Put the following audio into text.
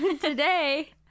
Today